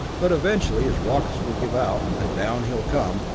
but eventually his rockets will give out, and down he will come,